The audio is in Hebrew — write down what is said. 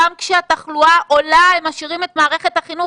גם כשהתחלואה עולה הם משאירים את מערכת החינוך?